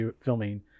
filming